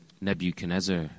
Nebuchadnezzar